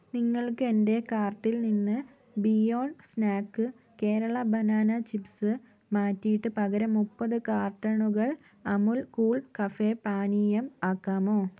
നിങ്ങൾക്ക് എന്റെ കാർട്ടിൽ നിന്ന് beyond snack Kerala banana chips മാറ്റിയിട്ട് പകരം മുപ്പത് കാർട്ടണുകൾ അമുൽ കൂൾ കഫേ പാനീയം ആക്കാമോ